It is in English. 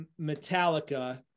Metallica